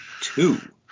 two